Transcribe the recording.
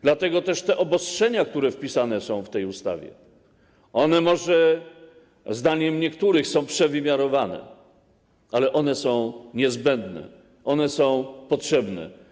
Dlatego też te obostrzenia, które wpisane są w tę ustawę, może zdaniem niektórych są przewymiarowane, ale one są niezbędne, one są potrzebne.